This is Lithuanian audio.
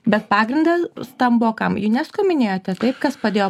bet pagrindas tam buvo kam unesco minėjote taip kas padėjo